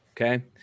okay